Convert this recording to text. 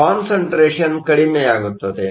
ಆದ್ದರಿಂದ ಕಾನ್ಸಂಟ್ರೇಷನ್Concentration ಕಡಿಮೆಯಾಗುತ್ತದೆ